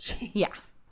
Yes